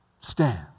stand